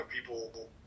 people